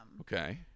Okay